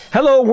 Hello